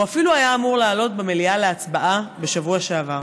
הוא אפילו היה אמור לעלות במליאה להצבעה בשבוע שעבר.